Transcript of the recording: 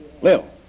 Lil